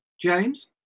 James